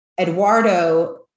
Eduardo